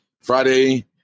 friday